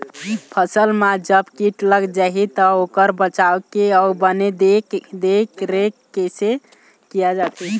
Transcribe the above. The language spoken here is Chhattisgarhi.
फसल मा जब कीट लग जाही ता ओकर बचाव के अउ बने देख देख रेख कैसे किया जाथे?